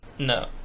No